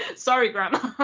and sorry grandma,